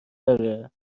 داره